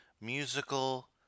musical